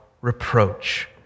reproach